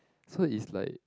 so is like